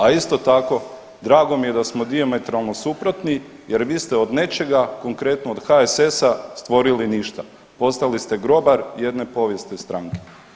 A isto tako drago mi je da smo dijametralno suprotni jer vi ste od nečega konkretno od HSS-a stvorili ništa, postali ste grobar jedne povijesne stranke.